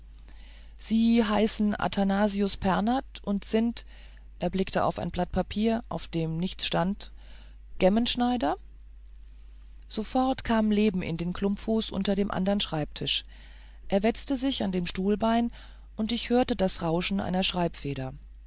sie heißen athanasius pernath und sind er blickte auf ein blatt papier auf dem nichts stand gemmenschneider sofort kam leben in den klumpfuß unter dem anderen schreibtisch er wetzte sich an dem stuhlbein und ich hörte das rauschen einer schreibfeder